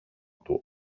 του